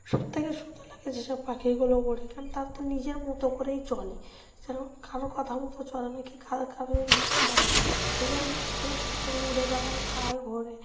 সব থেকে সুন্দর লাগে যেসব পাখিগুলো ওড়ে কারণ তার তো নিজের মতো করেই চলে সে কারো কথা মতো চলে না কি কার কারের মতো চলে না নিজের মতো করে সবসময় উড়ে বেড়ায় খায় ঘোরে